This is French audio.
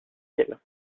elle